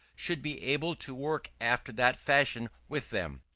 should be able to work after that fashion with them.